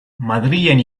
madrilen